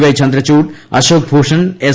Y Chandrachud Ashok Bhushan S